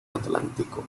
atlántico